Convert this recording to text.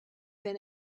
been